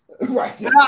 Right